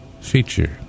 feature